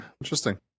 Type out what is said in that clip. interesting